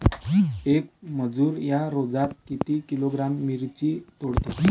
येक मजूर या रोजात किती किलोग्रॅम मिरची तोडते?